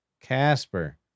Casper